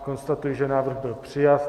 Konstatuji, že návrh byl přijat.